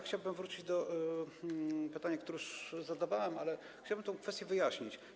Chciałbym wrócić do pytania, które już zadawałem, ale chciałbym tę kwestię wyjaśnić.